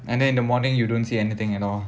and then in the morning you don't see anything you know